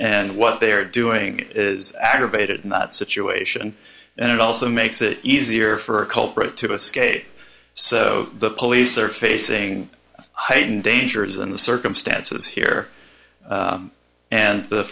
and what they're doing is aggravated in that situation and it also makes it easier for a culprit to escape so the police are facing heightened dangers and the circumstances here and the